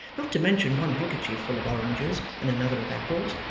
not to mention one handkerchief full of oranges and another of apples,